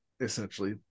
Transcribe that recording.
essentially